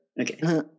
okay